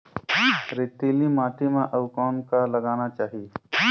रेतीली माटी म अउ कौन का लगाना चाही?